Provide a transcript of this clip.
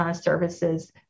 services